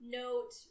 note